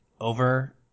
over